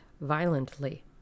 violently